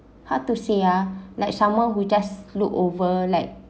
hard to say ah like someone who just look over like